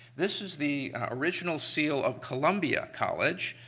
this is the original seal of columbia college,